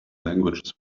languages